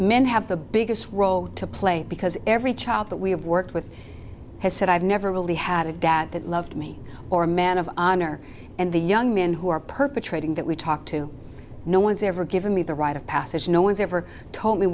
have the biggest role to play because every child that we have worked with has said i've never really had a dad that loved me or a man of honor and the young men who are perpetrating that we talk to no one's ever given me the rite of passage no one's ever told me